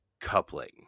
coupling